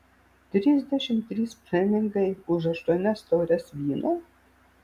trisdešimt trys pfenigai už aštuonias taures vyno